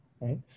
right